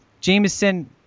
Jameson